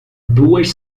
duas